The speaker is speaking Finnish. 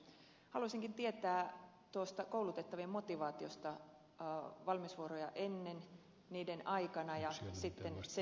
haluaisinkin tietää tuosta koulutettavien motivaatiosta valmiusvuoroja ennen niiden aikana ja sitten niiden jälkeen